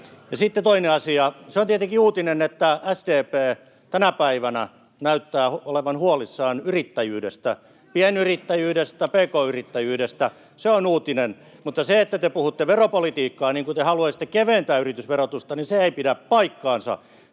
Sitten toinen asia: Se on tietenkin uutinen, että SDP tänä päivänä näyttää olevan huolissaan yrittäjyydestä, pienyrittäjyydestä, pk-yrittäjyydestä. Se on uutinen. [Välihuutoja sosiaalidemokraattien ryhmästä] Mutta kun te puhutte veropolitiikkaa niin kuin te haluaisitte keventää yritysverotusta, niin se ei pidä paikkaansa.